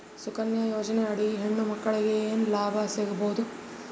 ಸುಕನ್ಯಾ ಯೋಜನೆ ಅಡಿ ಹೆಣ್ಣು ಮಕ್ಕಳಿಗೆ ಏನ ಲಾಭ ಸಿಗಬಹುದು?